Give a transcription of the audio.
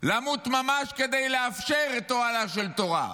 השר פרוש, למות ממש, כדי לאפשר את אוהלה של תורה.